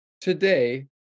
today